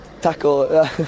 tackle